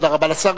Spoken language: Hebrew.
תודה רבה לשר.